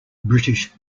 british